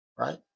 Right